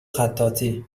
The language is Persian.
خطاطی